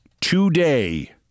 today